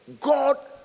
God